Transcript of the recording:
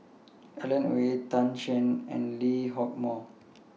Alan Oei Tan Shen and Lee Hock Moh